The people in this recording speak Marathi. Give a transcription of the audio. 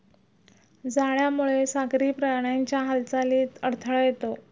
जाळ्यामुळे सागरी प्राण्यांच्या हालचालीत अडथळा येतो